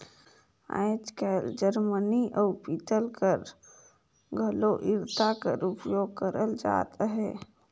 आएज काएल जरमनी अउ पीतल कर घलो इरता कर उपियोग करल जात अहे